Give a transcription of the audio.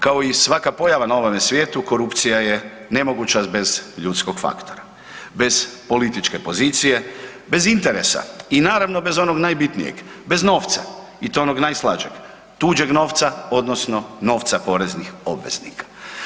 Kao i svaka pojava na ovome svijetu korupcija je nemoguća bez ljudskog faktora, bez političke pozicije, bez interesa i naravno bez onog najbitnijeg, bez novca i to onog najslađeg, tuđeg novca odnosno novca poreznih obveznika.